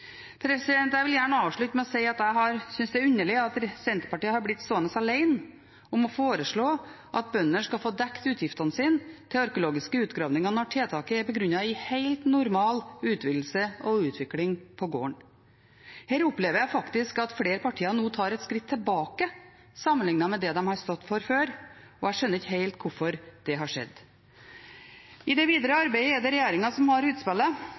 Jeg vil gjerne avslutte med å si at jeg synes det er underlig at Senterpartiet har blitt stående alene om å foreslå at bøndene skal få dekt utgiftene sine til arkeologiske utgravinger når tiltaket er begrunnet i helt normal utvidelse og utvikling på gården. Her opplever jeg faktisk at flere partier nå tar et skritt tilbake sammenliknet med det de har stått for før, og jeg skjønner ikke helt hvorfor det har skjedd. I det videre arbeidet er det regjeringen som har utspillet,